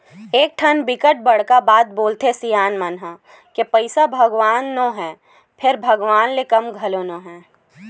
एकठन बिकट बड़का बात बोलथे सियान मन ह के पइसा भगवान तो नो हय फेर भगवान ले कम घलो नो हय